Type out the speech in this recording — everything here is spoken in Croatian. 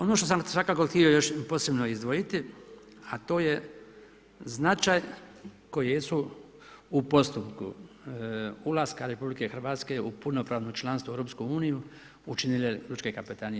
Ono što sam svakako htio još posebno izdvojiti, a to je značaj koje jesu u postupku ulaska RH u punopravno članstvo EU učinile lučke kapetanije.